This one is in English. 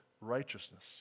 righteousness